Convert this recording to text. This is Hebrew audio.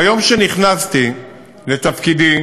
ביום שנכנסתי לתפקידי